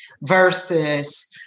versus